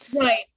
Right